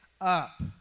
up